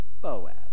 Boaz